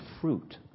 fruit